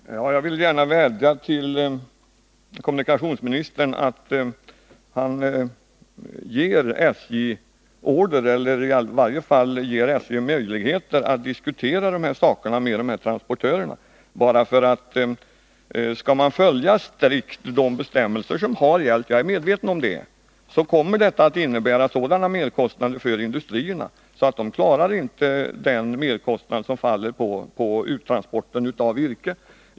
Herr talman! Jag vill gärna vädja till kommunikationsministern att han uppmanar SJ att diskutera dessa frågor med transportörerna. Skulle man strikt följa bestämmelserna — jag är medveten om att det är samma bestämmelser som har gällt tidigare — kommer det att innebära så stora merkostnader för industriernas uttransport av virke att de inte klarar dem.